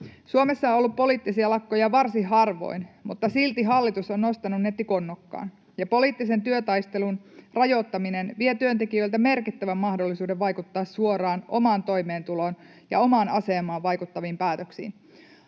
Suomessa on ollut poliittisia lakkoja varsin harvoin, mutta silti hallitus on nostanut ne tikunnokkaan. Poliittisen työtaistelun rajoittaminen vie työntekijöiltä merkittävän mahdollisuuden vaikuttaa suoraan omaan toimeentuloon ja omaan asemaan vaikuttaviin päätöksiin.